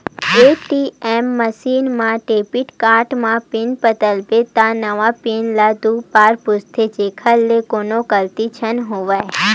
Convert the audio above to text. ATM machine म debit card म pin बदलबे त नवा पिन ल दू बार पूछथे जेखर ले कोनो गलती झन होवय